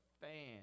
fan